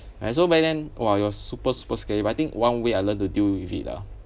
and so back then !wah! it was super super scary but I think one way I learn to deal with it lah